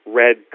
red